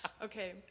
Okay